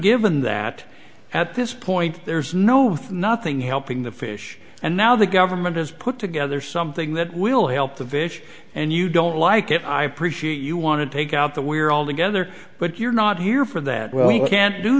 given that at this point there's no with nothing helping the fish and now the government has put together something that will help the vision and you don't like it i appreciate you want to take out the we're all together but you're not here for that well we can't do